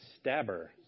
Stabber